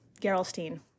Gerolstein